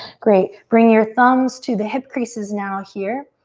great, bring your thumbs to the hip creases now here.